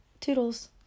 Toodles